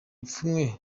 ipfunwe